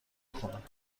کند